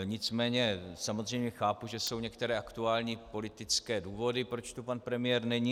Nicméně samozřejmě chápu, že jsou některé aktuální politické důvody, proč tu pan premiér není.